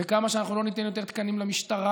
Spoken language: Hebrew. וכמה שאנחנו לא ניתן יותר תקנים למשטרה,